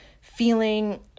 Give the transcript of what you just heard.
feeling